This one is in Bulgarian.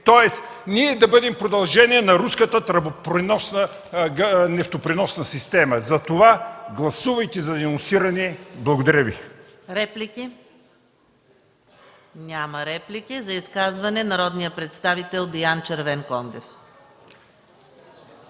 тоест ние да бъдем продължение на руската нефтопреносна система. Затова гласувайте за денонсиране. Благодаря.